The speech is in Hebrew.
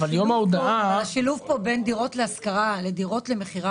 השילוב כאן בין דירות להשכרה לדירות למכירה